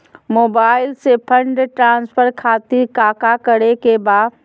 Mobile से fund transfer खातिर काका करे के बा?